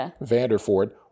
Vanderford